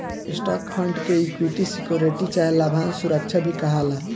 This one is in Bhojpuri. स्टॉक फंड के इक्विटी सिक्योरिटी चाहे लाभांश सुरक्षा भी कहाला